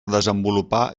desenvolupar